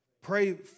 Pray